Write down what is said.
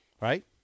Right